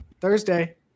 Thursday